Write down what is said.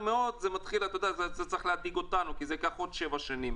מאוד זה צריך להדאיג אותנו כי זה ייקח עוד 7 שנים.